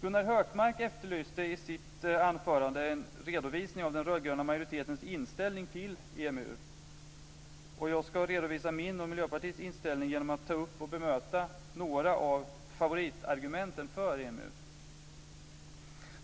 Gunnar Hökmark efterlyste i sitt anförande en redovisning av den rödgröna majoritetens inställning till EMU, och jag ska redovisa min och Miljöpartiets inställning genom att ta upp och bemöta några av favoritargumenten för EMU.